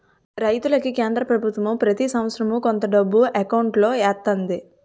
రైతులకి కేంద్ర పభుత్వం ప్రతి సంవత్సరం కొంత డబ్బు ఎకౌంటులో ఎత్తంది